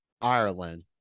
Ireland